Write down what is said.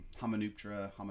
Hamanuptra